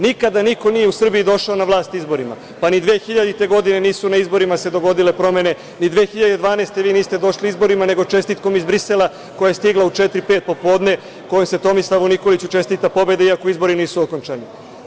Nikada niko nije u Srbiji došao na vlast izborima, pa ni 2000. godine nisu se na izborima dogodile promene, ni 2012. godine vi niste došli izborima, nego čestitkom iz Brisela koja je stigla u četiri, pet, popodne, kojom se Tomislavu Nikoliću čestita pobeda, iako izbori nisu okončani.